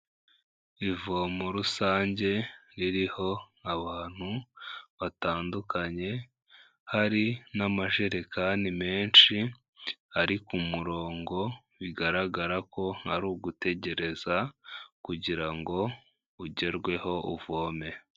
Ivomo rusange ririho abantu batandukanye hari n'amajerekani menshi ari ku murongo bigaragara ko ari ugutegereza kugirango ugerweho uvome.